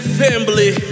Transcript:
family